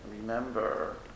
remember